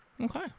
Okay